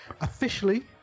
Officially